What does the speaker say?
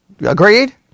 Agreed